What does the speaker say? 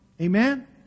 Amen